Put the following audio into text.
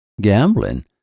gambling